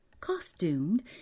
costumed